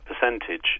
percentage